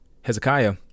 hezekiah